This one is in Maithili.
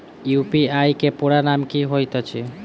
यु.पी.आई केँ पूरा नाम की होइत अछि?